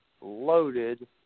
loaded